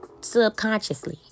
subconsciously